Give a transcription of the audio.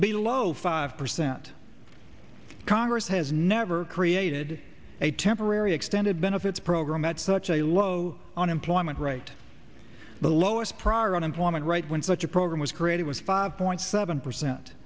below five percent congress has never created a temporary extended benefits program at such a low unemployment right the lowest prior unemployment right when such a program was created was five point seven percent